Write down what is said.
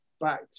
back